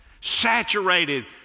saturated